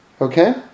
okay